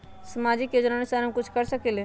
सामाजिक योजनानुसार हम कुछ कर सकील?